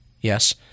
Yes